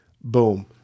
boom